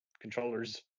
controllers